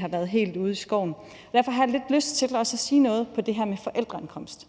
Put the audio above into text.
har været helt ude i skoven. Derfor har jeg også lidt lyst til at sige noget om det her med forældreindkomst.